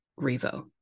revo